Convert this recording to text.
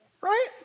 Right